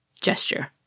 gesture